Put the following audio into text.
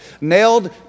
nailed